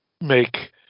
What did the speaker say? make